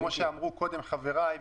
כמו שאמרו קודם חבריי,